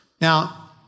Now